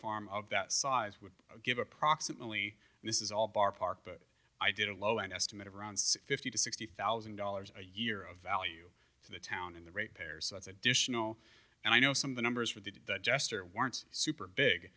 farm of that size would give approximately and this is all bar park but i did a low estimate of around fifty to sixty thousand dollars a year of value to the town and the rate payers such additional and i know some of the numbers for the jester weren't super big